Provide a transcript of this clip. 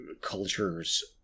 cultures